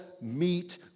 meet